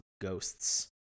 Ghosts